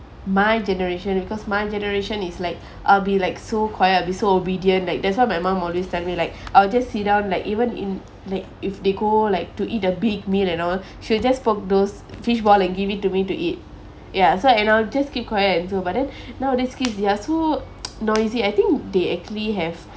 my generation because my generation is like I'll be like so quiet I'll be so obedient like that's why mom always tell me like I'll just sit down like even in like if they go like to eat a big meal and all she'll just poke those fishball and give it to me to eat ya so and I'll just keep quiet until but then nowadays kids are so noisy I think they actually have